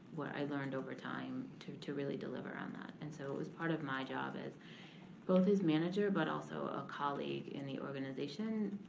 what i learned over time, to to really deliver on that. and so it was part of my job as both his manager but also a colleague in the organization.